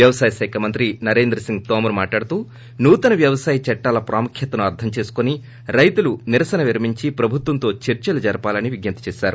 వ్యవసాయ మంత్రి నరేంద్ర సింగ్ తోమర్ మాట్లాడుతూ నూతన వ్యవసాయ చట్లాల ప్రాముఖ్యతను అర్లం చేసుకుని రైతులు నిరసనను విరమించి ప్రభుత్వంతో చర్చలు జరపాలని విజ్ఞప్తి చేశారు